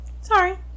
Sorry